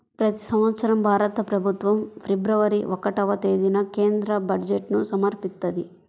ప్రతి సంవత్సరం భారత ప్రభుత్వం ఫిబ్రవరి ఒకటవ తేదీన కేంద్ర బడ్జెట్ను సమర్పిస్తది